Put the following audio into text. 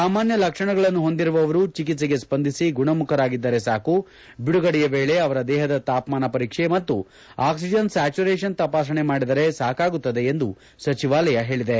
ಸಾಮಾನ್ಯ ಲಕ್ಷಣಗಳನ್ನು ಹೊಂದಿದವರು ಚಿಕಿತ್ಪೆಗೆ ಸ್ವಂದಿಸಿ ಗುಣಮುಖರಾಗಿದ್ದರೆ ಸಾಕು ಬಿದುಗಡೆಯ ವೇಳೆ ಅವರ ದೇಹದ ತಾಪಮಾನ ಪರೀಕ್ಷೆ ಮತ್ತು ಅಕ್ಷಿಜನ್ ಸ್ಯಾಚುರೇಶನ್ ತಪಾಸಣೆ ಮಾಡಿದರೆ ಸಾಕಾಗುತ್ತದೆ ಎಂದು ಸಚಿವಾಲಯ ಹೇಳಿದೆ